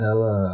Ela